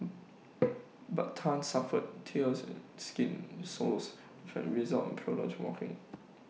but Tan suffered tears skin soles as A result of the prolonged walking